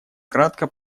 кратко